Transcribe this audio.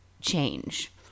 change